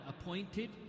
appointed